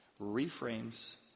reframes